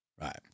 Right